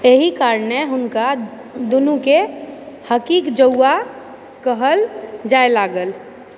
एहि कारणे हुनका दुनूके हॉकीके जौंआ कहल जाए लागल